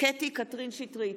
קטי (קטרין) שטרית,